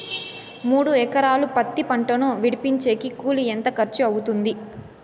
మూడు ఎకరాలు పత్తి పంటను విడిపించేకి కూలి ఎంత ఖర్చు అవుతుంది?